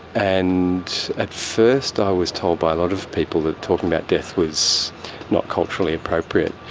and at first i was told by a lot of people that talking about death was not culturally appropriate,